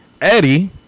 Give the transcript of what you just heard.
Eddie